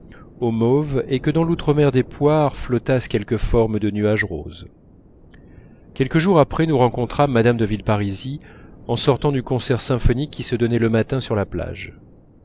au mauve et que dans l'outremer des poires flottassent quelques formes de nuages roses quelques jours après nous rencontrâmes mme de villeparisis en sortant du concert symphonique qui se donnait le matin sur la plage